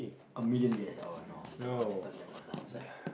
a million years oh no is it I thought that was the answer